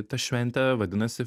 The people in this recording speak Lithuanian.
ta šventė vadinasi